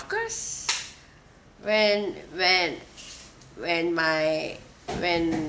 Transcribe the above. because when when when my when